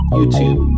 YouTube